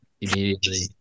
immediately